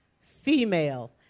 female